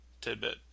tidbit